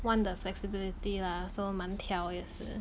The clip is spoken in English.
want the flexibility lah so 蛮挑也是